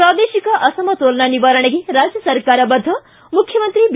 ಪ್ರಾದೇಶಿಕ ಅಸಮತೋಲನ ನಿವಾರಣೆಗೆ ರಾಜ್ಯ ಸರ್ಕಾರ ಬದ್ಧ ಮುಖ್ಯಮಂತ್ರಿ ಬಿ